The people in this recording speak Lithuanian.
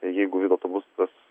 jeigu vis dėlto bus tas